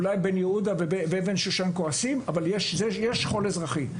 אולי בן יהודה ואבן שושן כועסים אבל יש אשכול אזרחי.